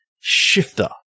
Shifter